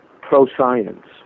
pro-science